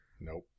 Nope